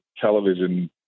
television